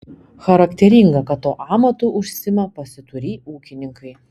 charakteringa kad tuo amatu užsiima pasiturį ūkininkai